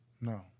No